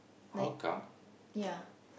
like yeah